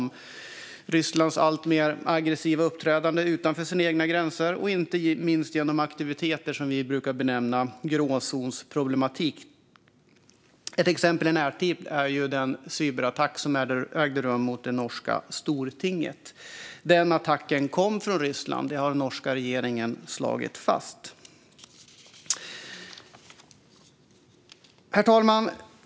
Vi har Rysslands alltmer aggressiva uppträdande utanför sina egna gränser och inte minst genom aktiviteter som vi brukar benämna gråzonsproblematik. Ett exempel i närtid är den cyberattack som ägde rum mot det norska stortinget. Den attacken kom från Ryssland, vilket den norska regeringen har slagit fast. Herr talman!